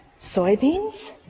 Soybeans